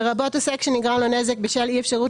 "-- -לרבות עוסק שנגרם לו נזק בשל אי אפשרות